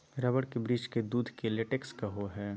rubber के वृक्ष के दूध के लेटेक्स कहो हइ